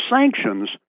sanctions